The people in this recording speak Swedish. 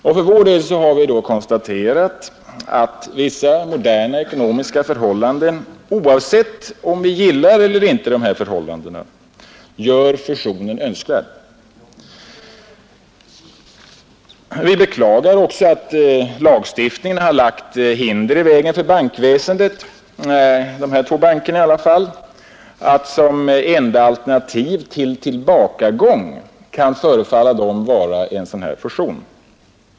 För vår del inom moderata samlingspartiet har vi konstaterat att vissa moderna ekonomiska förhållanden, oavsett om vi gillar dem eller inte, gör fusionen önskvärd. Vi beklagar att lagstiftningen har lagt sådana hinder i vägen för bankväsendet — i varje fall för dessa två banker — att det enda alternativet till tillbakagång skall vara en sådan här fusion.